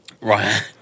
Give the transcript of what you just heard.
Right